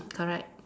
correct